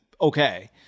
okay